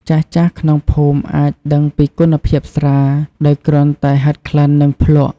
ចាស់ៗក្នុងភូមិអាចដឹងពីគុណភាពស្រា ដោយគ្រាន់តែហិតក្លិន និងភ្លក្ស។